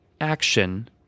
action